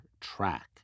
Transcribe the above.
track